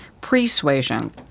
Persuasion